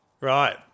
Right